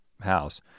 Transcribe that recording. house